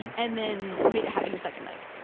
and then made it happen the second night.